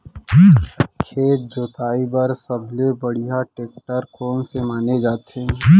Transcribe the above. खेत जोताई बर सबले बढ़िया टेकटर कोन से माने जाथे?